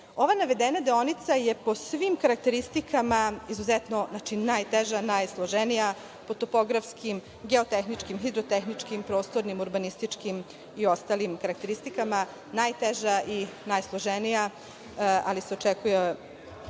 Ova navedena deonica je po svim karakteristikama izuzetno najteža, najsloženija po topografskim, geotehničkim, hirotehničkim, prostornim, urbanističkim i ostalim karakteristikama, najteža i najsloženija, ali se očekuje